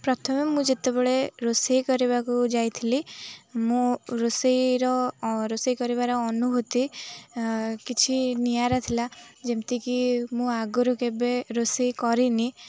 ପ୍ରଥମେ ମୁଁ ଯେତେବେଳେ ରୋଷେଇ କରିବାକୁ ଯାଇଥିଲି ମୁଁ ରୋଷେଇର ରୋଷେଇ କରିବାର ଅନୁଭୂତି କିଛି ନିଆରା ଥିଲା ଯେମିତିକି ମୁଁ ଆଗରୁ କେବେ ରୋଷେଇ କରିନି